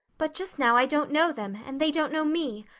but just now i don't know them and they don't know me,